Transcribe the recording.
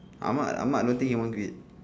ahmad ahmad don't think he won't quit